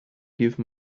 give